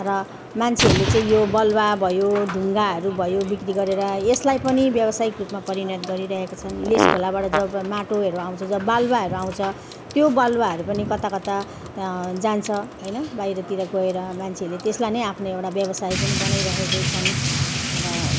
र मान्छेहरूले चाहिँ यो बालुवा भयो ढुङ्गाहरू भयो बिक्री गरेर यसलाई पनि व्यावसायिक रूपमा परिणत गरिरहेका छन् लिस खोलाबाट जब माटोहरू आउँछ जब बालुवाहरू आउँछ त्यो बालुवाहरू पनि कताकता जान्छ होइन बाहिरतिर गएर मान्छेहरूले त्यसलाई नै आफ्नो एउटा व्यवसाय पनि बनाइरहेकै छन् र